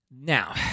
Now